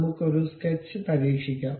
നമുക്ക് ഒരു സ്കെച്ച് പരീക്ഷിക്കാം